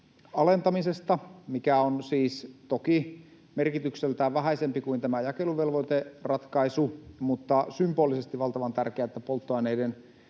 alentamisesta on siis toki merkitykseltään vähäisempi kuin tämä jakeluvelvoiteratkaisu, mutta on symbolisesti valtavan tärkeää, että polttoaineiden